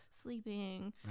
sleeping